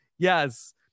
yes